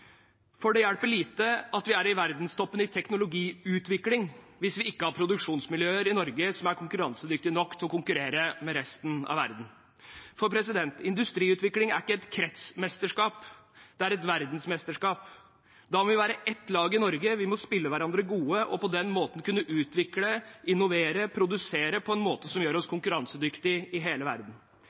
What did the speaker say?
For det hjelper lite at vi er i verdenstoppen i teknologiutvikling, hvis vi ikke har produksjonsmiljøer i Norge som er konkurransedyktige nok til å konkurrere med resten av verden. Industriutvikling er ikke et kretsmesterskap; det er et verdensmesterskap. Da må vi være ett lag i Norge. Vi må spille hverandre gode og på den måten kunne utvikle, innovere og produsere på en måte som gjør oss konkurransedyktige i hele verden.